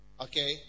Okay